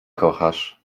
kochasz